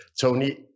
Tony